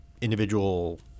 individual